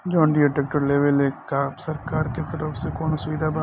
John Deere tractor लेवे के बा सरकार के तरफ से कौनो सुविधा बा?